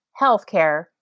healthcare